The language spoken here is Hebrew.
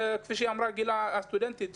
כפי שאמרה גילה הסטודנטית,